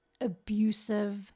abusive